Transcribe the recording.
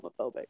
homophobic